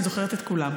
שאני זוכרת את כולם,